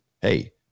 hey